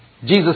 Jesus